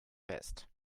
fest